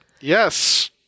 yes